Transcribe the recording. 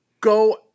go